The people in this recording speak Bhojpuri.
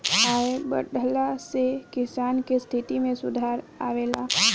आय बढ़ला से किसान के स्थिति में सुधार आवेला